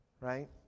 Right